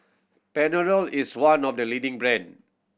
panadol is one of the leading brand